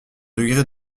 degré